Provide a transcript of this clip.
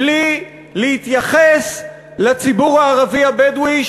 בלי להתייחס לציבור הערבי הבדואי,